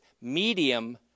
medium